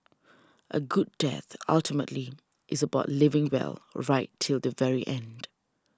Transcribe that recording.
a good death ultimately is about living well right till the very end